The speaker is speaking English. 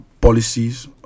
policies